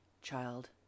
child